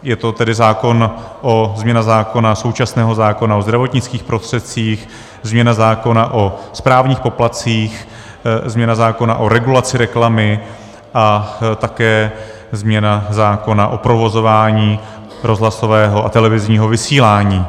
Je to tedy změna současného zákona o zdravotnických prostředcích, změna zákona o správních poplatcích, změna zákona o regulaci reklamy a také změna zákona o provozování rozhlasového a televizního vysílání.